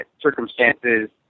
circumstances